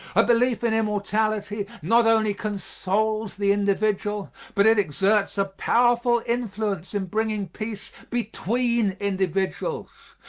a belief in immortality not only consoles the individual, but it exerts a powerful influence in bringing peace between individuals.